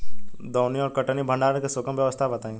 दौनी और कटनी और भंडारण के सुगम व्यवस्था बताई?